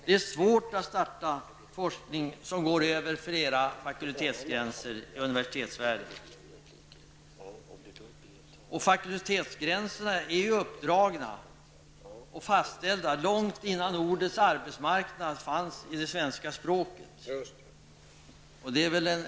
Det är svårt att starta forskning över fakultetsgränserna, gränser som är uppdragna och fastställda långt innan ordet arbetsmarknad fanns i svenska språket.